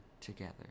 together